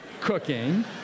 cooking